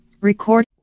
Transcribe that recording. Record